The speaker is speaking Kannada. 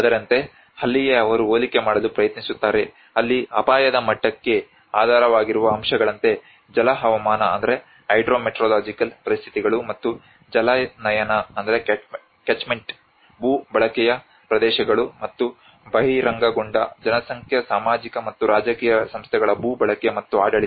ಅದರಂತೆ ಅಲ್ಲಿಯೇ ಅವರು ಹೋಲಿಕೆ ಮಾಡಲು ಪ್ರಯತ್ನಿಸುತ್ತಾರೆ ಇಲ್ಲಿ ಅಪಾಯದ ಮಟ್ಟಕ್ಕೆ ಆಧಾರವಾಗಿರುವ ಅಂಶಗಳಂತೆ ಜಲ ಹವಾಮಾನ ಪರಿಸ್ಥಿತಿಗಳು ಮತ್ತು ಜಲಾನಯನ ಭೂ ಬಳಕೆಯ ಪ್ರದೇಶಗಳು ಮತ್ತು ಬಹಿರಂಗಗೊಂಡ ಜನಸಂಖ್ಯಾ ಸಾಮಾಜಿಕ ಮತ್ತು ರಾಜಕೀಯ ಸಂಸ್ಥೆಗಳ ಭೂ ಬಳಕೆ ಮತ್ತು ಆಡಳಿತ